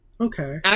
Okay